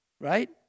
right